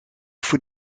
voor